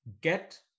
get